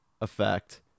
effect